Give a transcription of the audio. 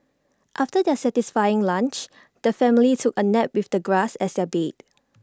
after their satisfying lunch the family took A nap with the grass as their bed